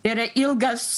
yra ilgas